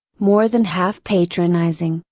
more than half patronizing,